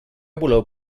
voleu